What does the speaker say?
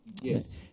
Yes